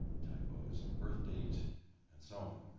typos in birthdate and so on.